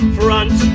front